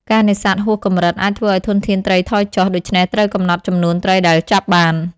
ការនេសាទហួសកម្រិត អាចធ្វើឱ្យធនធានត្រីថយចុះ ដូច្នេះត្រូវកំណត់ចំនួនត្រីដែលចាប់បាន។